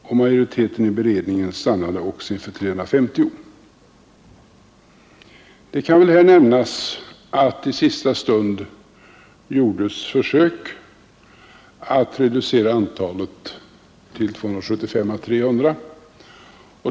Även majoriteten i beredningen stannade för 350 ledamöter. Det kan här nämnas att det i sista stund gjordes försök att reducera antalet till 275 å 300.